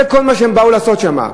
זה כל מה שהם באו לעשות שם.